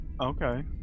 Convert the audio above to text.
Okay